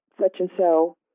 such-and-so